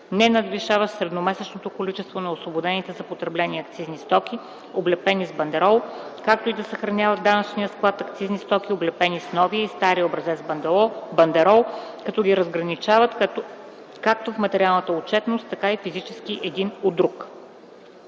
ненадвишаващ средномесечното количество на освободените за потребление акцизни стоки, облепени с бандерол, както и да съхраняват в данъчния склад акцизни стоки, облепени с новия и стария образец на бандерол, като ги разграничават както в материалната отчетност, така и физически едни от други;